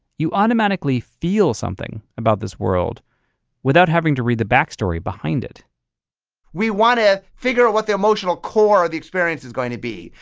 you automatically feel something about this world without having to read the backstory behind it we want to figure out what the emotional core of the experience is going to be.